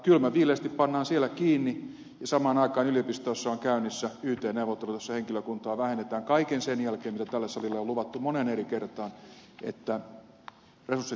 kylmän viileästi pannaan siellä kiinni ja samaan aikaan yliopistoissa on käynnissä yt neuvottelut joissa henkilökuntaa vähennetään kaiken sen jälkeen mitä tälle salille on luvattu moneen eri kertaan että resurssit turvataan